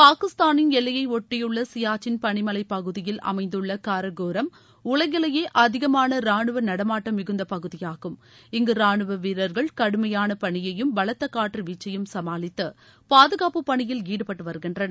பாகிஸ்தானின் எல்லையை ஒட்டியுள்ள சியாச்சின் பனிமலை பகுதியில் அமைந்துள்ள காரகோரம் உலகிலேயே அதிகமான ரானுவ நடமாட்டம் மிகுந்த பகுதியாகும் இங்கு ரானுவ வீரர்கள் கடுமையான பனியையும் பலத்த காற்று வீச்சையும் சமாளித்து பாதுகாப்புப் பனியில் ஈடுபட்டு வருகின்றனர்